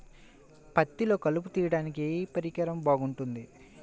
పత్తిలో కలుపు తీయడానికి ఏ పరికరం బాగుంటుంది?